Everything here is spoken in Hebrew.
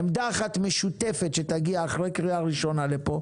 עמדה אחת משותפת שתגיע אחרי קריאה ראשונה לפה